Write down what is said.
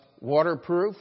waterproof